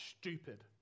stupid